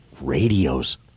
radios